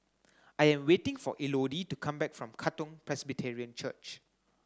I am waiting for Elodie to come back from Katong Presbyterian Church